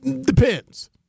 Depends